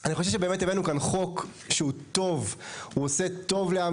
אני חושב שהבאנו כאן חוק שהוא טוב; הוא עושה טוב לעם